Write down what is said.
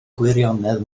gwirionedd